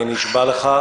אני נשבע לך,